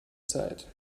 zeit